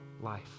life